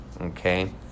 okay